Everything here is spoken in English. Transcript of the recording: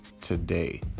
today